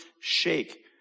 shake